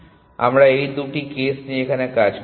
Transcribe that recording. সুতরাং আমরা এই দুটি কেস নিয়ে এখানে কাজ করবো